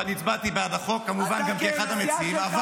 ואני הצבעתי בעד החוק, כמובן, גם כאחד המציעים.